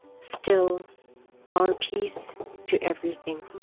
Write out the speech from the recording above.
still our piece to everything.